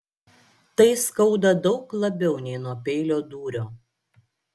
tai skauda daug labiau nei nuo peilio dūrio